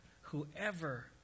Whoever